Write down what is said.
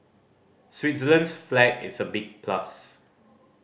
Switzerland's flag is a big plus